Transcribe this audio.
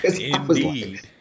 Indeed